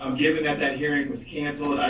um given that that hearing was canceled,